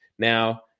Now